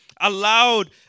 allowed